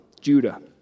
Judah